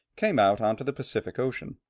came out on to the pacific ocean.